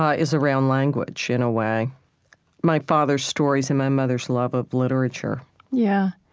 ah is around language, in a way my father's stories and my mother's love of literature yeah,